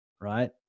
right